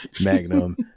Magnum